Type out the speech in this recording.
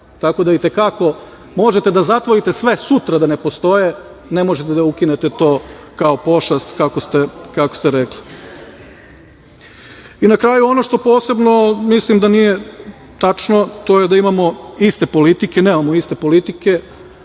Tako da, možete da zatvorite sve, sutra da ne postoje, ne možete da ukinete to kao pošast, kako ste rekli. Na kraju, ono što posebno mislim da nije tačno, to je da imamo iste politike. Nemamo iste politike,